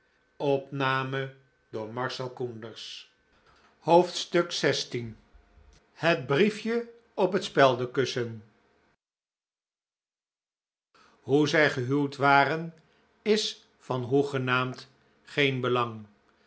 xvi het brief je op tiet speldekussen oojqoqodio d p oe zij gehuwd waren is van hoegenaamd geen belang